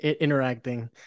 interacting